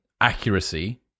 accuracy